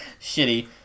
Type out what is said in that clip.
shitty